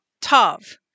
tav